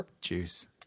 juice